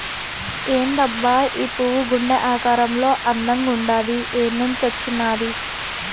ఏందబ్బా ఈ పువ్వు గుండె ఆకారంలో అందంగుండాది ఏన్నించొచ్చినాది